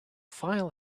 file